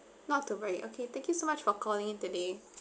not to worry okay thank you so much for calling in today